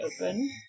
open